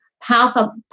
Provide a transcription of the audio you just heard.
Powerful